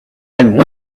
and